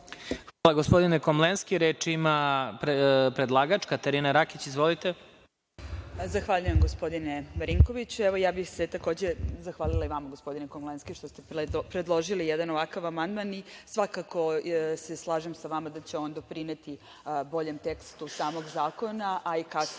Hvala, gospodine Komlenski. Reč ima predlagač Katarina Rakić. Izvolite. **Katarina Rakić** Zahvaljuje, gospodine Marinkoviću. Ja bih se, takođe, zahvalila i vama, gospodine Komlenski, što ste predložili jedan ovakav amandman. Svakako se slažem sa vama da će on doprineti boljem tekstu samog zakona, a i kasnije